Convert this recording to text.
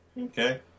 Okay